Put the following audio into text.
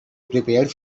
prepared